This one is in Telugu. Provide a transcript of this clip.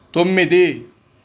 తొమ్మిది